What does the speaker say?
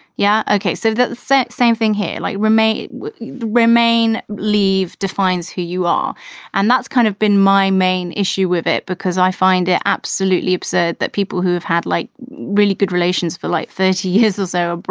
yeah. okay. so that said, same thing here. like remain would remain. leave defines who you are and that's kind of been my main issue with it because i find it absolutely upset that people who have had like really good relations for like thirty years or so,